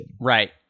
right